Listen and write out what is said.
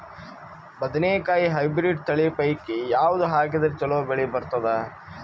ಬದನೆಕಾಯಿ ಹೈಬ್ರಿಡ್ ತಳಿ ಪೈಕಿ ಯಾವದು ಹಾಕಿದರ ಚಲೋ ಬೆಳಿ ಬರತದ?